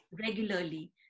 regularly